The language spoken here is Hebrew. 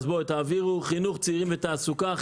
חינוך, צעירים ותעסוקה.